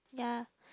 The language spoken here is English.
ya